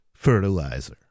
fertilizer